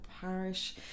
parish